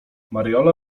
mariola